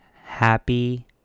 Happy